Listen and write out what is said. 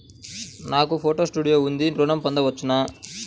నాకు photo studio ఉంది ఋణం పొంద వచ్చునా?